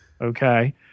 Okay